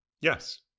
Yes